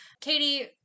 Katie